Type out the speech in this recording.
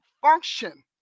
function